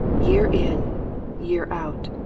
year in year out,